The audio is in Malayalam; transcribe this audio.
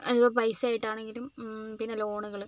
അതിപ്പോൾ പൈസ ആയിട്ടാണെങ്കിലും പിന്നെ ലോണുകൾ